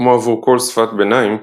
כמו עבור כל שפת ביניים,